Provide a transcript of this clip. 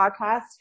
podcast